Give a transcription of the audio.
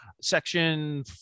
Section